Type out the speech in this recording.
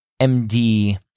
MD